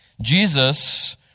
Jesus